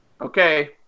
Okay